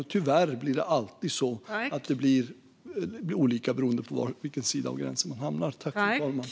Och tyvärr blir det alltid olika beroende på vilken sida av gränsen man hamnar på.